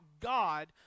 God